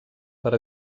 per